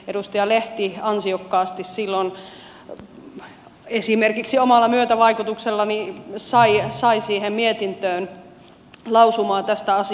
edustaja lehti ansiokkaasti silloin esimerkiksi omalla myötävaikutuksellani sai siihen mietintöön lausuman tästä asiasta